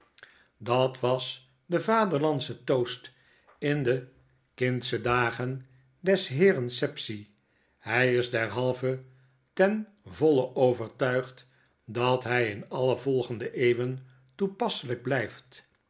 dat was de vaderlandsche toast in de kindsche dagen des heeren sapsea hij is derhalve ten voile overtuigd dat hij in alle volgende eeuwen toepasselijk blijft